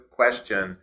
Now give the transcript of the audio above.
question